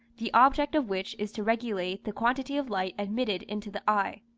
the object of which is to regulate the quantity of light admitted into the eye.